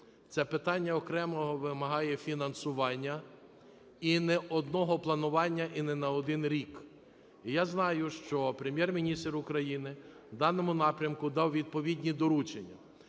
це питання окремого вимагає фінансування, і не одного планування, і не на один рік. І я знаю, що Прем'єр-міністр України в даному напрямку дав відповідні доручення.